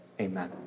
Amen